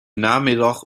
namiddag